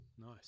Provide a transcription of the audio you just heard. Nice